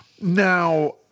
Now